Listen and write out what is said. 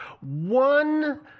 One